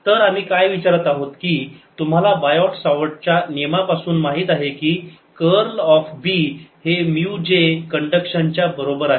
तर आम्ही काय विचारत आहोत की तुम्हाला बायॉट सवार्त नियमापासून माहित आहे की कर्ल ऑफ B हे म्यु j कंडक्शन च्या बरोबर आहे